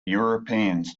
europeans